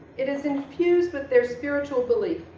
it is infused with their spiritual belief.